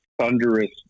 thunderous